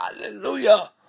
hallelujah